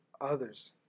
others